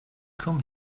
come